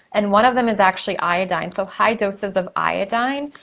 and one of them is actually iodine. so, high doses of iodine,